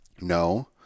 no